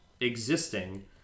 existing